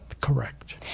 Correct